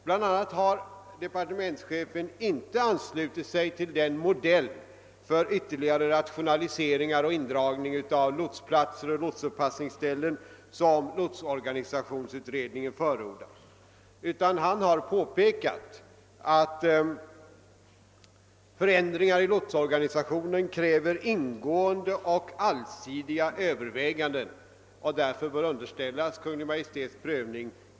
Bl.a. har han inte anslutit sig till den modell för ytterligare rationaliseringar och indragningar av lotsplatser och lotsuppassningsställen som lotsorganisationsutredningen förordat utan har påpekat att förändringar av lotsorganisationen kräver ingående och allsidiga överväganden och därför bör underställas Kungl. Maj:ts prövning.